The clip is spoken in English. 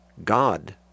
God